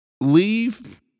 leave